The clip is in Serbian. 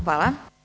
Hvala.